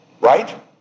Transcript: Right